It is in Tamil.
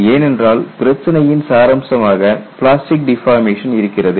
ஏனென்றால் பிரச்சினையின் சாராம்சமாக பிளாஸ்டிக் டிபார்மேஷன் இருக்கிறது